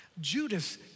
Judas